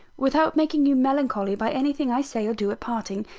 without making you melancholy by anything i say or do at parting,